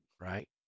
right